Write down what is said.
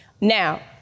Now